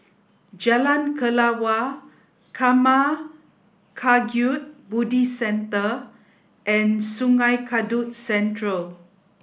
Jalan Kelawar Karma Kagyud Buddhist Centre and Sungei Kadut Central